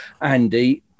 Andy